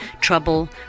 trouble